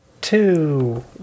two